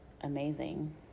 amazing